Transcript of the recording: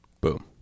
Boom